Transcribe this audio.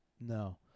No